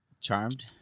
Charmed